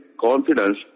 confidence